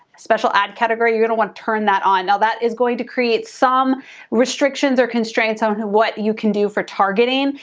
special ad category, you're gonna want to turn that on. now that is going to create some restrictions or constraints on what you can do for targeting.